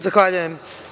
Zahvaljujem.